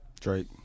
Drake